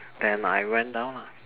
then I went down lah